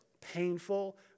painful